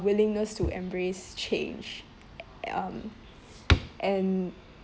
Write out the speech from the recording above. willingness to embrace change um and